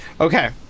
okay